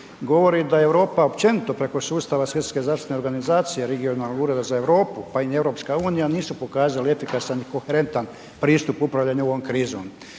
govori da je Europa općenito preko sustava Svjetske zdravstvene organizacije regionalnog ureda za Europu pa i EU nisu pokazale efikasan i koherentan pristup upravljanja ovom krizom.